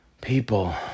People